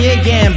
again